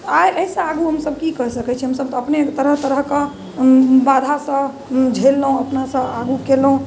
आर एहिसँ आगू हमसभ की कहि सकैत छी हमसभ तऽ अपने तरह तरहके बाधासँ झेललहुँ अपनासँ आगू केलहुँ